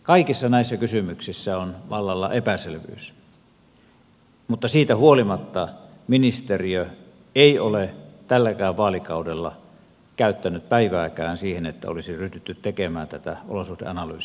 kaikissa näissä kysymyksissä on vallalla epäselvyys mutta siitä huolimatta ministeriö ei ole tälläkään vaalikaudella käyttänyt päivääkään siihen että olisi ryhdytty tekemään tätä olosuhdeanalyysiä